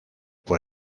por